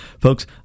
folks